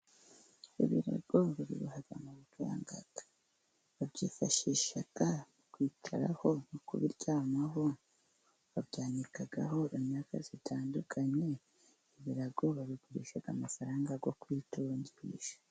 Ibirago babiboha mu byatsi, babyifashisha kwicaraho no kubiryamaho, babyanikaho imyaka itandukanye, ibirago babigurisha amafaranga yo kwitungisha.